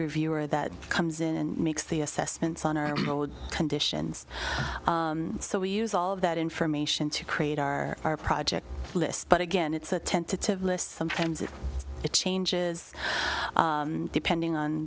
reviewer that comes in and makes the assessments on our conditions so we use all of that information to create our our project list but again it's a tentative list sometimes if it changes depending on